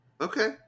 Okay